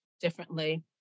differently